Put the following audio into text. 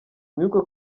mwibuke